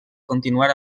continuar